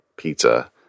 Pizza